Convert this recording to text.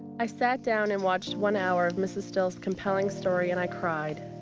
i sat down and watched one hour of mrs. still's compelling story and i cried.